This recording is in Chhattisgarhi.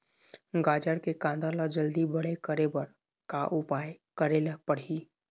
गाजर के कांदा ला जल्दी बड़े करे बर का उपाय करेला पढ़िही?